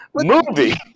movie